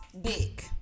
dick